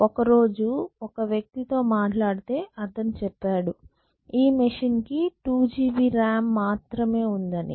ఒక రోజు ఒక వ్యక్తి తో మాట్లాడితే అతను చెప్పాడు ఈ మెషిన్ కి 2GB RAM మాత్రమే ఉందని